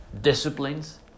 Disciplines